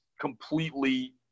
completely